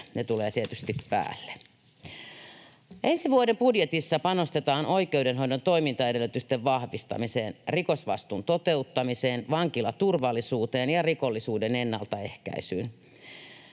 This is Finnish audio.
Ne tulevat tietysti päälle. Ensi vuoden budjetissa panostetaan oikeudenhoidon toimintaedellytysten vahvistamiseen, rikosvastuun toteuttamiseen, vankilaturvallisuuteen ja rikollisuuden ennaltaehkäisyyn.